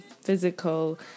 physical